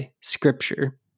scripture